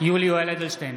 יולי יואל אדלשטיין,